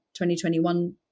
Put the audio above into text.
2021